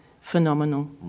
phenomenal